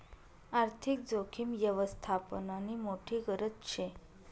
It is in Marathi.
आर्थिक जोखीम यवस्थापननी मोठी गरज शे